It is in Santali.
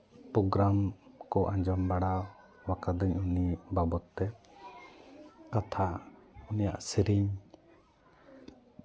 ᱯᱨᱳᱜᱽᱨᱟᱢ ᱠᱚ ᱟᱡᱚᱸᱢ ᱵᱟᱲᱟ ᱟᱠᱟᱫᱟᱹᱧ ᱩᱱᱤ ᱵᱟᱵᱚᱫᱽ ᱛᱮ ᱠᱟᱛᱷᱟ ᱩᱱᱤᱭᱟᱜ ᱥᱮᱹᱨᱮᱹᱧ